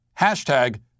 Hashtag